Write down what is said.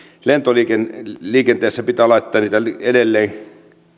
lentoliikenteessä pitää laittaa niitä edelleen